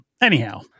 anyhow